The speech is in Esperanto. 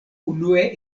unue